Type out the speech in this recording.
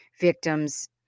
victims